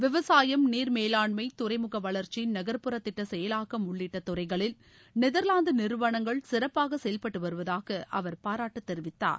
விவசாயம் நீர் மேளாண்மை துறைமுக வளா்ச்சி நகர்புற திட்ட செயலாக்கம் உள்ளிட்ட துறைகளில் நெதர்லாந்து நிறுவனங்கள் சிறப்பாக செயல்பட்டுவருவதாக அவர் பாராட்டு தெரிவித்தார்